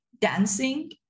dancing